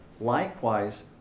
likewise